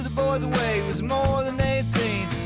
away, was more than they'd seen